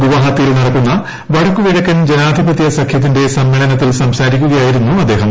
ഗുവാഹത്തിയിൽ നടക്കുന്ന വടക്കു കിഴക്കൻ ജനാധിപത്യ സഖ്യത്തിന്റെ സമ്മേളനത്തിൽ സംസാരിക്കുകയായിരുന്നു അദ്ദേഹം